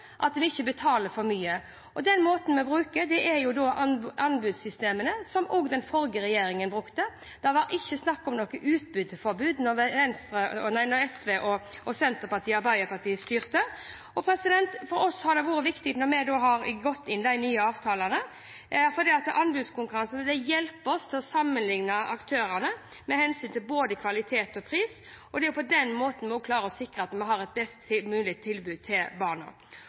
at vi ikke betaler for mye. Måten å gjøre det på er å bruke anbudssystemene, som også den forrige regjeringen brukte – det var ikke snakk om noe utbytteforbud da SV, Senterpartiet og Arbeiderpartiet styrte. For oss har det vært viktig når vi har inngått de nye avtalene, for anbudskonkurransene hjelper oss med å sammenligne aktørene med hensyn til både kvalitet og pris. Det er også på den måten vi klarer å sikre at vi har et best mulig tilbud til barna.